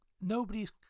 Nobody's